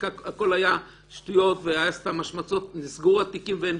והכול היה שטויות והשמצות ואין כלום ונסגרו התיקים,